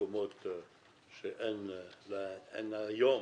למקומות שאין היום